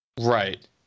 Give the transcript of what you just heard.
Right